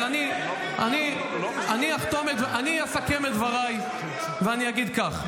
אבל אני אסכם את דבריי ואני אגיד כך: